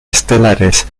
estelares